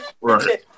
right